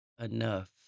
enough